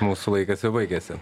mūsų laikas jau baigėsi